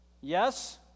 Yes